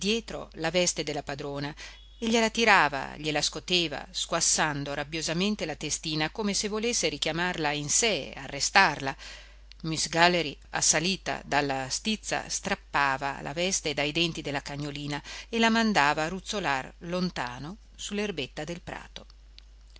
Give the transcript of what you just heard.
dietro la veste della padrona e gliela tirava gliela scoteva squassando rabbiosamente la testina come se volesse richiamarla a sé arrestarla miss galley assalita dalla stizza strappava la veste dai denti della cagnolina e la mandava a ruzzolar lontano su l'erbetta del prato